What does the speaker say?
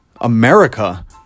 America